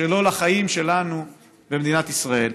שלא לחיים שלנו במדינת ישראל.